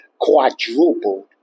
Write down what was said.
quadrupled